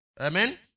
Amen